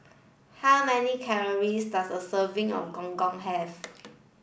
how many calories does a serving of gong gong have